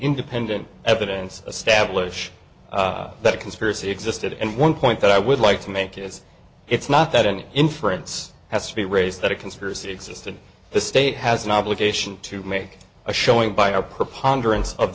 independent evidence establish that a conspiracy existed and one point that i would like to make is it's not that any inference has to be raised that a conspiracy existed the state has an obligation to make a showing by a preponderance of